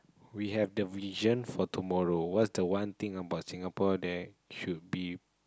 we have the vision for tomorrow what's the one thing about Singapore that should be